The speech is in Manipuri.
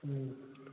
ꯎꯝ